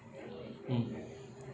mm